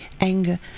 anger